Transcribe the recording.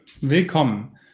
willkommen